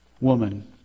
woman